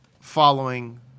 following